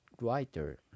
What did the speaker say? writer